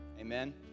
Amen